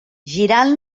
girant